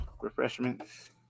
Refreshments